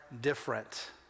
different